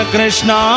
Krishna